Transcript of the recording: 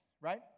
Right